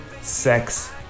sex